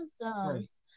symptoms